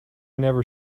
never